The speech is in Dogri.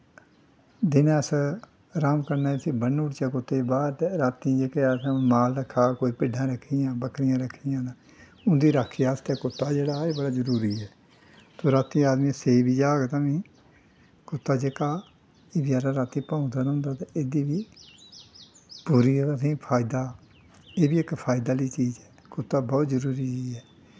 दिनें अस रहाम कन्नै इस्सी बन्नी ओड़चै कुत्ते गी ते रातीं जेह्का असें माल रक्के दा कोई भिड्डां रक्खी दियां बक्करियां रक्खी दियां न उं'दी राक्खी आस्तै कुत्ता जेह्ड़ा ऐ ओह् बड़ा जरूरी ऐ ते रातीं आदमी सेई बी जाह्ग तां बी कुत्ता जेह्का एह् बचैरा रातीं भौंकदा रौंह्दा ते एह्दी बी पूरी असेंगी फैदा ऐ एह् बी इक फैदा आह्ली चीज़ ऐ कुत्ता बौह्त जरूरी चीज़ ऐ